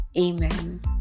Amen